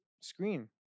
screen